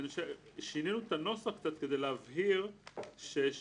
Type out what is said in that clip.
שינינו קצת את הנוסח כדי להבהיר ש-6(ז)